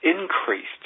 increased